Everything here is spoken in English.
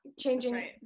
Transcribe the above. changing